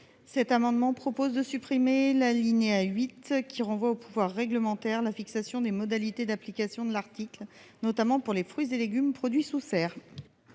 amendement, nous proposons de supprimer le renvoi au pouvoir réglementaire de la fixation des modalités d'application de l'article, notamment pour les fruits et légumes produits sous serre.